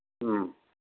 ம்